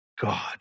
God